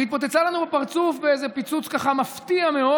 והיא התפוצצה לנו בפרצוף באיזה פיצוץ ככה מפתיע מאוד.